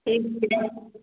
ठीक छै